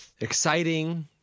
Exciting